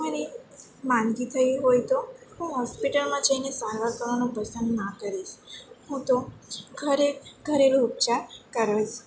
મને માંદગી થઈ હોય તો હું હોસ્પિટલમાં જઈને સારવાર કરવાનું પસંદ ના કરીશ હું તો ઘરે ઘરેલું ઉપચાર કરીશ